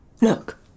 Look